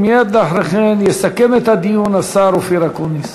ומייד לאחר מכן יסכם את הדיון השר אופיר אקוניס.